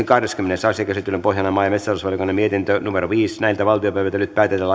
kahdeskymmenes asia käsittelyn pohjana on maa ja metsätalousvaliokunnan mietintö viisi nyt päätetään